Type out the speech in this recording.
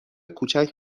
کوچک